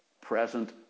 present